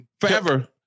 Forever